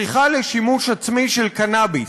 צריכה לשימוש עצמי של קנביס,